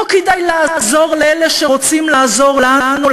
לא כדאי לעזור לאלה שרוצים לעזור לנו,